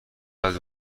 بلد